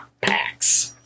packs